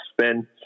spin